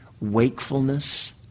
wakefulness